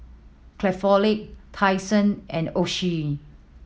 Craftholic Tai Sun and Oishi